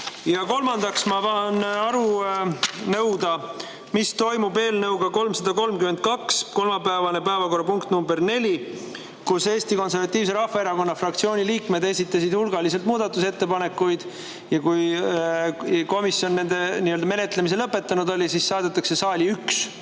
3. Kolmandaks, ma tahan aru pärida, mis toimub eelnõuga 332. See on kolmapäevane päevakorrapunkt nr 4. Eesti Konservatiivse Rahvaerakonna fraktsiooni liikmed esitasid hulgaliselt muudatusettepanekuid ja kui komisjon nende menetlemise lõpetanud oli, siis saadeti saali üks